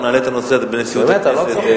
אנחנו נעלה את הנושא הזה בנשיאות הכנסת.